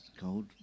cold